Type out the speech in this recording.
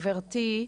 גברתי,